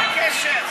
מה הקשר?